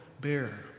bear